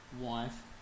wife